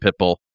Pitbull